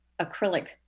acrylic